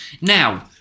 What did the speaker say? Now